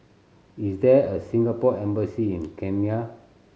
is there a Singapore Embassy in Kenya